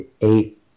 eight